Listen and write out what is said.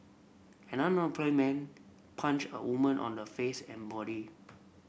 an unemployed man punched a woman on the face and body